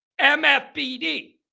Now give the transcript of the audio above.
MFBD